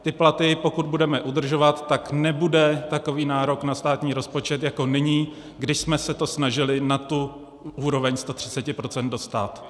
Ty platy, pokud budeme udržovat, tak nebude takový nárok na státní rozpočet jako nyní, když jsme se to snažili na tu úroveň 130 % dostat.